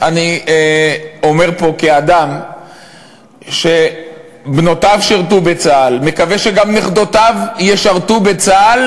אני אומר פה כאדם שבנותיו שירתו בצה"ל ומקווה שגם נכדותיו ישרתו בצה"ל,